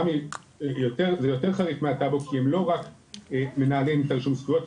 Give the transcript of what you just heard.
רמ"י יותר ויותר חריג מהטאבו כי הם לא רק מנהלים את האישור זכויות,